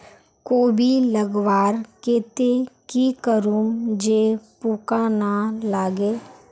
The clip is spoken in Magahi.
कोबी लगवार केते की करूम जे पूका ना लागे?